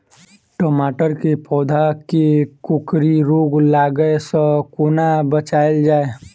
टमाटर केँ पौधा केँ कोकरी रोग लागै सऽ कोना बचाएल जाएँ?